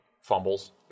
fumbles